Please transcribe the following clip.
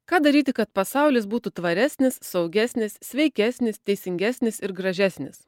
ką daryti kad pasaulis būtų tvaresnis saugesnis sveikesnis teisingesnis ir gražesnis